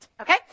Okay